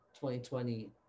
2020